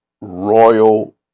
royal